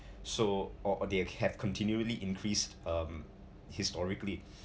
so or or they have continually increased um historically